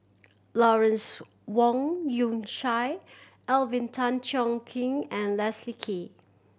Lawrence Wong Shyun Tsai Alvin Tan Cheong Kheng and Leslie Kee